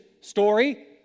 story